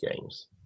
games